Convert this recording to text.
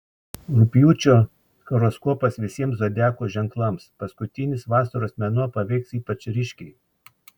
rugpjūčio horoskopas visiems zodiako ženklams paskutinis vasaros mėnuo paveiks ypač ryškiai